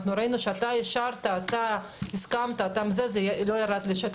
ראינו שאתה אישרת, אתה הסכמת אבל זה לא ירד לשטח.